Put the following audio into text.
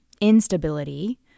instability